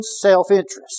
self-interest